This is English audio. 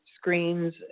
screens